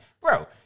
bro